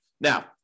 Now